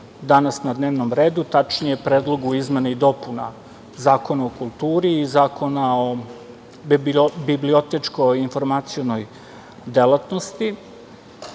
danas na dnevnom redu, tačnije Predlogu izmena i dopuna Zakona o kulturi i Zakona o bibliotečko-informacionoj delatnosti.